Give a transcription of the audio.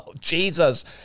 Jesus